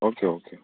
okay okay